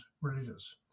religious